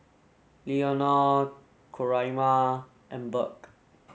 Leonor Coraima and Burk